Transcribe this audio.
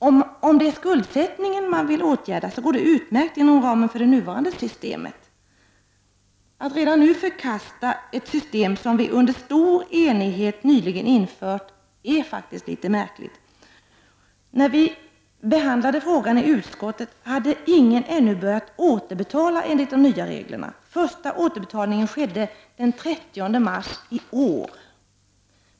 Om det är skuldsättningen man vill åtgärda, går det utmärkt inom ramen för det nuvarande systemet. Att redan nu förkasta ett system som vi under stor enighet nyligen infört är faktiskt litet märkligt. När vi behandlade frågan i utskottet hade ingen ännu börjat återbetala enligt de nya reglerna. Den första återbetalningen skedde den 30 mars i år.